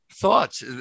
Thoughts